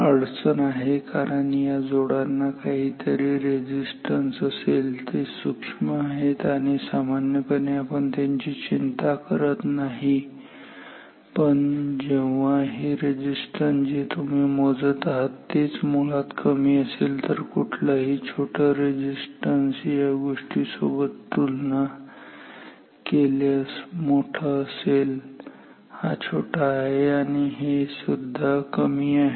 अडचण आहे कारण की या जोडांना काहीतरी रेझिस्टन्स असेल ते सूक्ष्म आहेत आणि सामान्यपणे आपण त्यांची चिंता करत नाही पण जेव्हा हे रेझिस्टन्स जे तुम्ही मोजत आहात तेच मुळात कमी असेल तर कुठलीही छोटी गोष्ट या रेझिस्टन्स सोबत तुलना केल्यास मोठी असेल हा छोटा आहे आणि हे सुद्धा कमी आहे